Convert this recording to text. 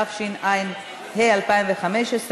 התשע"ה 2015,